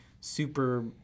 super